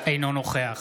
אינו נוכח